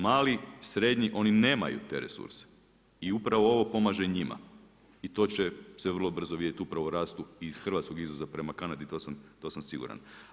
Mali, srednji oni nemaju te resurse i upravo ovo pomaže njima i to će se vrlo brzo vidjeti upravo i iz hrvatskog izvoza prema Kanadi to sam siguran.